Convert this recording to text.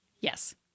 Yes